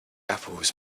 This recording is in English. apples